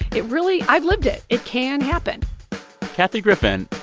it really i've lived it. it can happen kathy griffin,